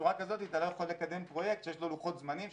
בצורה כזאת אתה לא יכול לקדם פרויקט שיש לו לוחות זמנים,